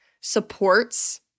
supports